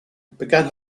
began